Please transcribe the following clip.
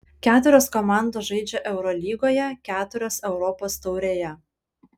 keturios komandos žaidžia eurolygoje keturios europos taurėje